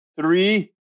three